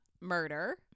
murder